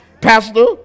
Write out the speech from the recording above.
Pastor